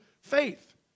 faith